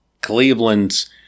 Cleveland's